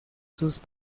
sus